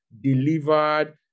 delivered